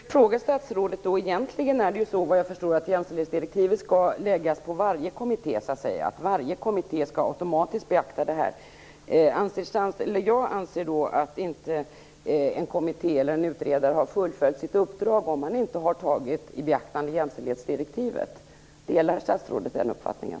Herr talman! Vad jag förstår skall varje kommitté automatiskt beakta jämställdhetsdirektivet. Jag anser att en kommitté eller en utredare inte har fullföljt sitt uppdrag om inte jämställdhetsperspektivet har tagits i beaktande. Delar statsrådet den uppfattningen?